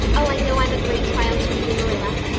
oh, i know i'm a great trial to you, marilla,